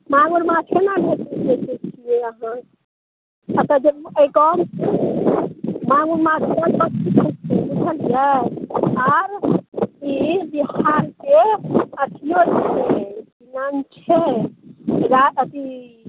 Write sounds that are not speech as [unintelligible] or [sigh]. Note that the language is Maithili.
माङ्गुर माछ कोना भेटै छै अहाँ एतए जे अइ [unintelligible] माङ्गुर माछ [unintelligible] बुझलिए आओर ई बिहारके अथिओ छै कि नाम छै रा अथी